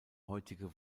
heutige